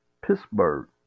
Pittsburgh